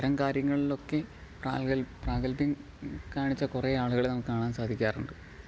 അത്തരം കാര്യങ്ങളിലൊക്കെ പ്രാകൽ പ്രാഗൽഭ്യം കാണിച്ച കുറെ ആളുകളെ നമുക്ക് കാണാൻ സാധിക്കാറുണ്ട്